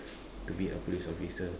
to be a police officer